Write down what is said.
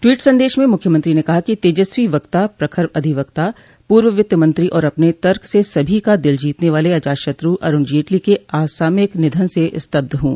tweet सन्देश में मुख्यमंत्री ने कहा कि तेजस्वी वक्ता प्रखर अधिवक्ता पूर्व वित्त मंत्री और अपने तक र्स सभी का दिल जीतने वाले अजात शत्र् अरूण जेटली के असामयिक निधन से स्तब्ध हूँ